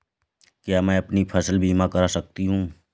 क्या मैं अपनी फसल बीमा करा सकती हूँ?